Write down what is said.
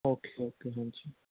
okay okay thank you